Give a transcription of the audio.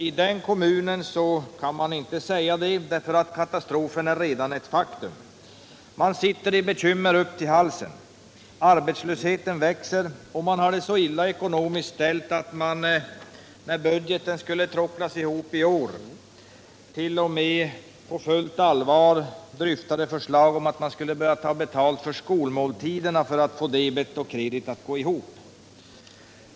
I Jokkmokks kommun kan man inte säga det därför att katastrofen är redan ett faktum. Man sitter i bekymmer upp till halsen. Arbetslösheten växer, och man har det så illa ekonomiskt ställt att man, när budgeten skulle tråcklas ihop i år, på fullt allvar framförde ett förslag om att börja ta betalt för skolmåltiderna för att få debet och kredit att gå ihop.